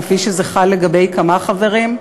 כפי שזה חל לגבי כמה חברים,